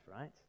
right